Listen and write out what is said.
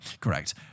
correct